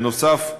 בנוסף,